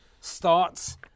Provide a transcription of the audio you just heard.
starts